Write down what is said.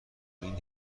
این